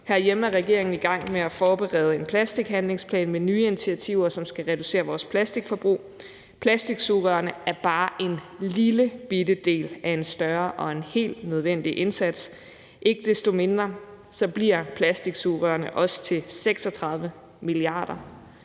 Herhjemme er regeringen i gang med at forberede en plastikhandlingsplan med nye initiativer, som skal reducere vores plastikforbrug. Plastiksugerørene er bare en lillebitte del af en større og helt nødvendig indsats. Ikke desto mindre bliver det til 36 milliarder